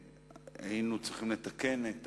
ולכן היינו צריכים לתקן את